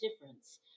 difference